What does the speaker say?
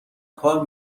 کار